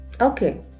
Okay